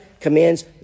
commands